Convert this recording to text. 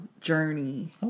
journey